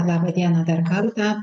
laba diena dar kartą